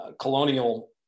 colonial